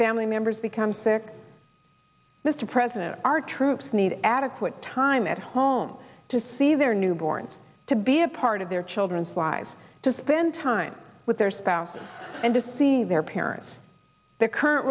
family members become sick mr president our troops need adequate time at home to see their newborn to be a part of their children's lives to spend time with their spouses and to see their parents the current